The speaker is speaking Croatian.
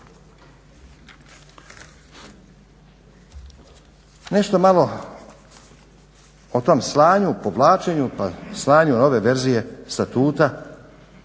Nešto malo o tom slanju, povlačenju pa slanju nove verzije statuta